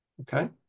Okay